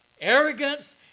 arrogance